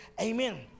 Amen